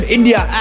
India